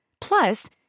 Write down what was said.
Plus